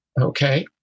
Okay